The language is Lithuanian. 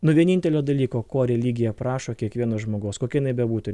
nuo vienintelio dalyko ko religija prašo kiekvieno žmogaus kokia jinai bebūtų